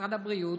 משרד הבריאות,